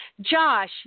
Josh